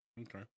Okay